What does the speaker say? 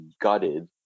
gutted